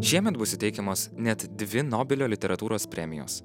šiemet bus įteikiamos net dvi nobelio literatūros premijos